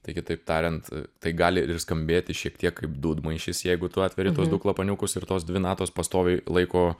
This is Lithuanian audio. tai kitaip tariant tai gali ir skambėti šiek tiek kaip dūdmaišis jeigu tu atveri tuos du klapaniukus ir tos dvi natos pastoviai laiko